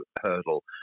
hurdle